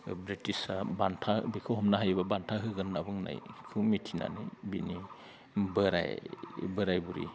ब्रिटिसा बान्था बेखौ हमना होयोब्ला बान्था होगोन होनना बुंनायखौ मिथिनानै बिनि बोराय बोराय बुरिनि